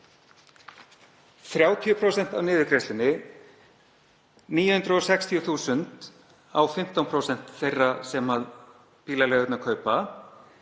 30% af niðurgreiðslunni, 960.000, á 15% þeirra bíla sem bílaleigurnar kaupa